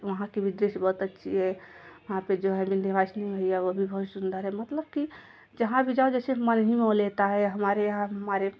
वहाँ की भी दृश्य बहुत अच्छी है वहाँ पे जो है विंध्यवासिनी मैया वो भी बहुत सुंदर है मतलब कि जहाँ भी जाओ जैसे मन ही मोह लेता है हमारे यहाँ हमारे